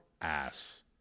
ass